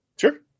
Sure